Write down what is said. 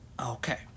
okay